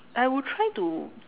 I would try to